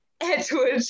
Edward